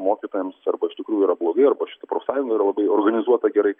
mokytojams arba iš tikrųjų yra blogai arba šita profsąjunga yra labai organizuota gerai